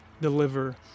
deliver